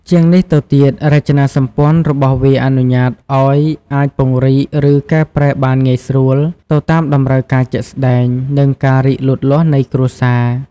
ជាងនេះទៅទៀត រចនាសម្ព័ន្ធរបស់វាអនុញ្ញាតឲ្យអាច ពង្រីក ឬកែប្រែបានងាយស្រួល ទៅតាមតម្រូវការជាក់ស្តែង និងការរីកលូតលាស់នៃគ្រួសារ ។